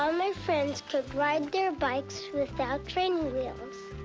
um my friends could ride their bikes without training wheels.